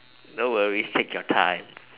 no worries take your time